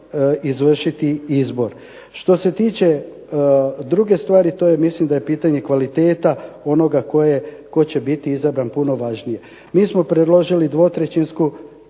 izvršiti izbor. Što se tiče druge stvari, to mislim da je pitanje kvaliteta onoga tko će biti izabran puno važnije. Mi smo predložili 2/3-sku